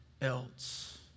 else